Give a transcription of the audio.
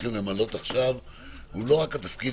הולכים למלא עכשיו הוא לא רק התפקיד